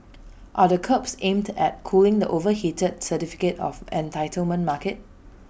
are the curbs aimed at cooling the overheated certificate of entitlement market